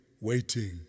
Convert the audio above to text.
waiting